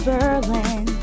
Berlin